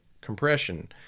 compression